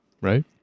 right